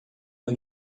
uma